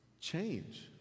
change